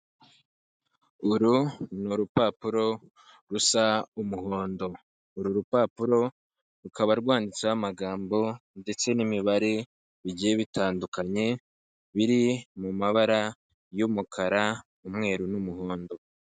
Uru ni urupapuro rusa umuhondo, uru rupapuro rukaba rwanditseho amagambo ndetse n'imibare bigiye bitandukanye biri mu mabara y'umukara umweru n'umuhondo.